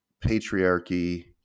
patriarchy